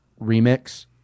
remix